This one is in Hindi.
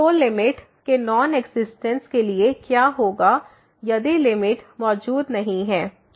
तो लिमिट के नॉन एक्जिस्टेंस के लिए क्या होगा यदि लिमिट मौजूद नहीं है